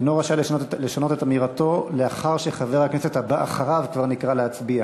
אינו רשאי לשנות את אמירתו לאחר שחבר הכנסת אחריו כבר נקרא להצביע".